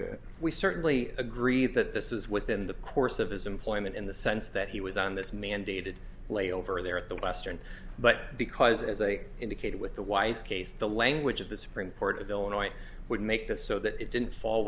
that we certainly agree that this is within the course of his employment in the sense that he was on this mandated lay over there at the western but because as i indicated with the weiss case the language of the supreme court of illinois would make this so that it didn't fall